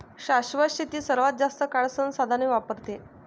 शाश्वत शेती सर्वात जास्त काळ संसाधने वापरते